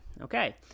Okay